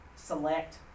Select